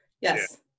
Yes